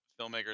filmmakers